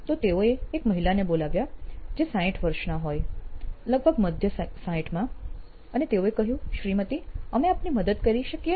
તો તેઓએ એક મહિલાને બોલાવ્યા જેઓ 60 વર્ષના હોય લગભગ મધ્ય 60માં હોય અને તેઓએ કહ્યું 'શ્રીમતી અમે આપને મદદ કરવા કંઈક કરી શકીએ